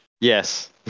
Yes